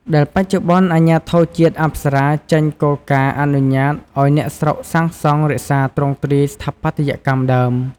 ដែលបច្ចុប្បន្នអាជ្ញាធរជាតិអប្សរាចេញគោលការណ៍អនុញ្ញាតឲ្យអ្នកស្រុកសាងសង់រក្សាទ្រង់ទ្រាយស្ថាបត្យកម្មដើម។